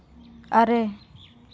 ᱟᱨᱮ